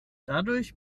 dadurch